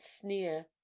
sneer